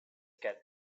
get